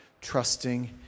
trusting